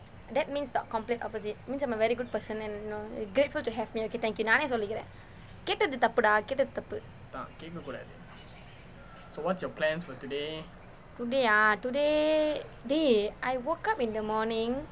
that means the complete opposite means I'm a very good person and you know you're grateful to have me okay thank you நானே சொல்லிக்கிறேன் கேட்டது தப்பு:naane sollikkiren kaettathu thappu dah கேட்டது தப்பு:kaettathu thappu today ah today dey I woke up in the morning